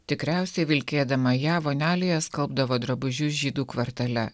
tikriausiai vilkėdama ją vonelėje skalbdavo drabužius žydų kvartale